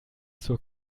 zur